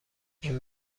این